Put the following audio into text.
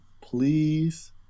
please